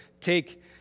take